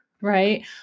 right